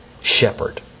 shepherd